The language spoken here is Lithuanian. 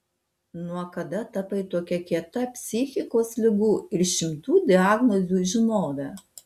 nuo kada tapai tokia kieta psichikos ligų ir šimtų diagnozių žinove